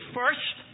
first